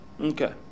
Okay